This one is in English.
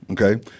okay